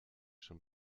schon